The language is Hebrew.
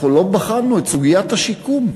אנחנו לא בחנו את סוגיית השיקום,